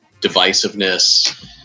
divisiveness